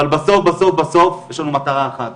אבל בסוף בסוף יש לנו מטרה אחת